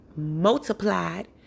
multiplied